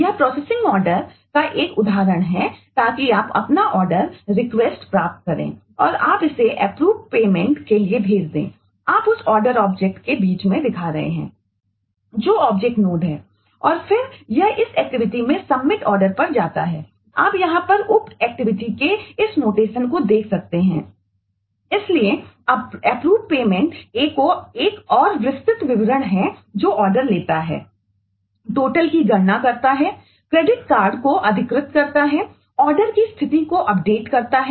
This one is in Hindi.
यह प्रोसेसिंग ऑर्डर करता है